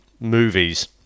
movies